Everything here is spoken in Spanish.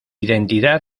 identidad